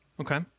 Okay